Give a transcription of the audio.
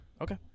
Okay